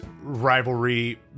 rivalry